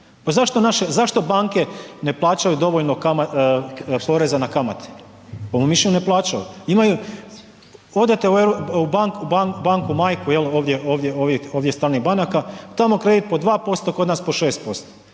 zašto banke ne plaćaju dovoljno poreza na kamate? Po mom mišljenju ne plaćaju. Odete u banku majku ovdje stranih banaka, tamo kredit po 2% kod nas po 6%.